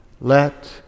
Let